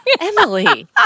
Emily